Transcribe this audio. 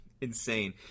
insane